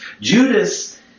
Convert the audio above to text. Judas